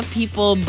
people